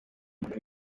bakuru